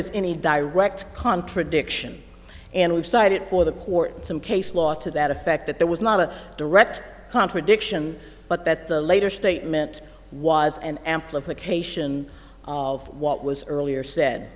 is any direct contradiction and we've cited for the court some case law to that effect that there was not a direct contradiction but that the later statement was an amplification of what was earlier